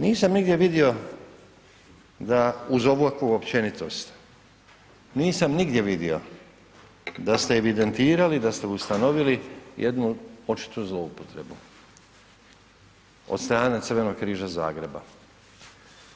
Nisam nigdje vidio da uz ovakvu općenitost, nisam nigdje vidio da ste evidentirali, da ste ustanovili jednu očitu zloupotrebu od strane Crvenog križa Zagreba